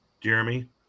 Jeremy